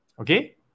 okay